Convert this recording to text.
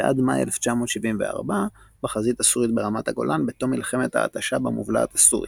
ועד מאי 1974 בחזית הסורית ברמת הגולן בתום מלחמת ההתשה במובלעת הסורית,